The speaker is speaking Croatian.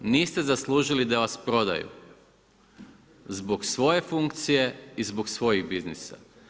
Niste zaslužili da vas prodaju zbog svoje funkcije i zbog svojih biznisa.